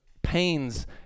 pains